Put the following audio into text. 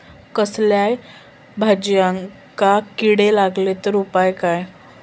कसल्याय भाजायेंका किडे लागले तर उपाय काय?